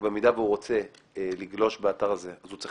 ובמידה שהוא רוצה לגלוש באתר הזה הוא צריך